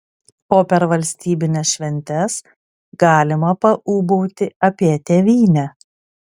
o per valstybines šventes galima paūbauti apie tėvynę